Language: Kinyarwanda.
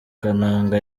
kananga